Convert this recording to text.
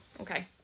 okay